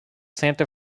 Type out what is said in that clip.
santa